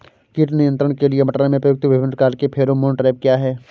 कीट नियंत्रण के लिए मटर में प्रयुक्त विभिन्न प्रकार के फेरोमोन ट्रैप क्या है?